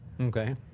Okay